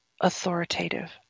authoritative